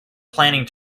planning